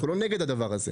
אנחנו לא נגד הדבר הזה,